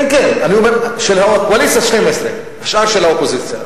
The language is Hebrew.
כן, כן, של הקואליציה 12, השאר של האופוזיציה.